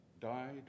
died